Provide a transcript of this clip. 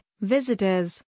visitors